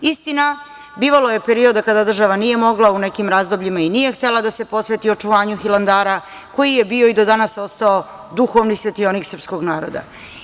Istina, bivalo je perioda kada država nije mogla u nekim razdobljima i nije htela da se posveti očuvanju Hilandara koji je bio i do danas ostao duhovni svetionik srpskog naroda.